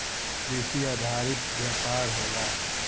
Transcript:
कृषि आधारित व्यापार होला